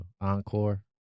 Encore